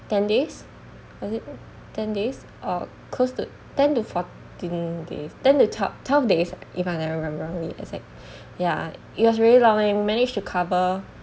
ten days was it ten days or close to ten to fourteen days ten to twe~ twelve days if I never remember wrongly is it ya it was really long and we managed to cover